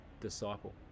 disciple